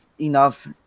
enough